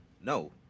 no